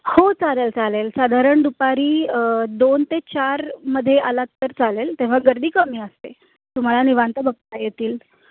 हो चालेल चालेल साधारण दुपारी दोन ते चारमध्ये आलात तर चालेल तेव्हा गर्दी कमी असते तुम्हाला निवांत बघता येतील